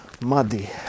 muddy